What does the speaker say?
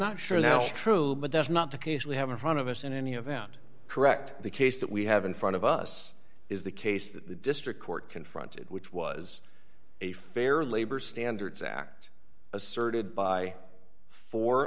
not sure now but that's not the case we have in front of us in any event correct the case that we have in front of us is the case that the district court confronted which was a fair labor standards act asserted by four